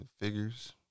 figures